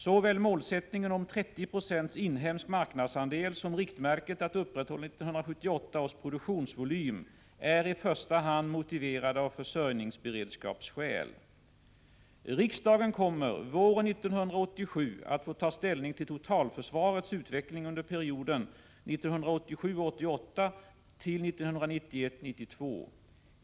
Såväl målsättningen om 30 26 inhemsk marknadsandel som riktmärket att upprätthålla 1978 års produktionsvolym är i första hand motiverade av försörjningsberedskapsskäl. Riksdagen kommer våren 1987 att få ta ställning till totalförsvarets utveckling under perioden 1987 92.